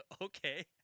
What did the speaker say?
okay